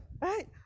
Right